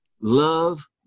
Love